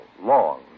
long